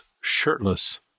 shirtless